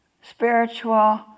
spiritual